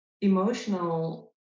emotional